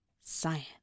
science